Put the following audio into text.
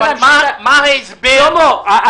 שלמה,